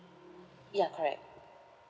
ya correct